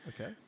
Okay